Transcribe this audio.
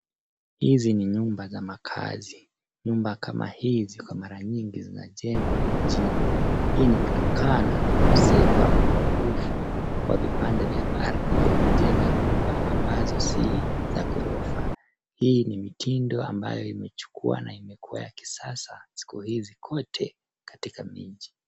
Hizi ni nyumba za makaazi. Nyumba kama hizi ziko mara nyingi zinajengwa mijini. Hii ni kutokana na ukosefu ama upungufu wa vipande vya ardhi vya kujenga nyumba ambazo si gorofa. Hii ni mitindo ambayo imechukua na imekuwa ya kisasa siku hizi kwote katika miji.